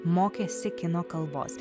mokėsi kino kalbos